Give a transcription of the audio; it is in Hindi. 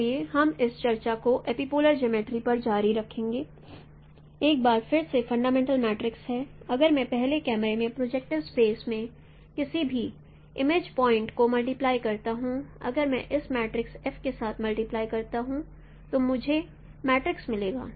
इसलिए हम इस चर्चा को एपिपोलर जियोमर्ट्री पर जारी रखेंगे एक बार फिर से फंडामेंटल मैट्रिक्स है अगर मैं पहले कैमरे में प्रोजेक्टिव स्पेस में किसी भी इमेज पॉइंट को मल्टीप्लाई करता हूं अगर मैं इस मैट्रिक्स F के साथ मल्टीप्लाई करता हूं तो मुझे मैट्रिक्स मिलेगा